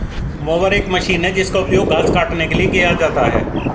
mower एक machine है जिसका उपयोग घास काटने के लिए किया जाता है